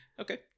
Okay